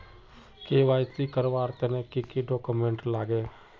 KYC करवार तने की की डॉक्यूमेंट लागे?